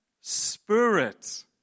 Spirit